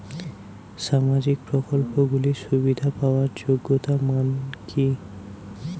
সামাজিক প্রকল্পগুলি সুবিধা পাওয়ার যোগ্যতা মান কি?